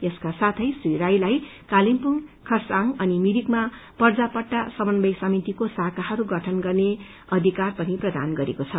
यसका साथै श्री राईलाई कालेवुङ खरसाङ अनि भिरिकमा पर्जा पट्टा समन्वय समितिको शाखाहरू गठन गर्ने अधिकार पनि प्रदान गरिएको छ